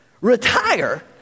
retire